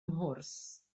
mhwrs